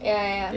ya ya ya